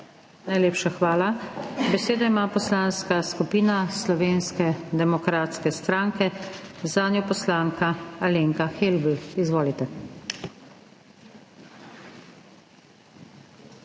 Najlepša hvala. Besedo ima Poslanska skupina Slovenske demokratske stranke, zanjo poslanka Alenka Helbl. Izvolite.